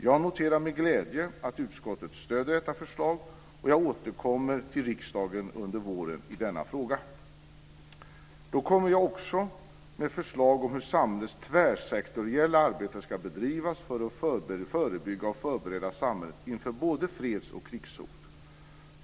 Jag noterar med glädje att utskottet stöder detta förslag, och jag återkommer till riksdagen under våren i denna fråga. Då kommer jag också med förslag om hur samhällets tvärsektoriella arbete ska bedrivas för att förebygga och förbereda samhället inför både freds och krigshot.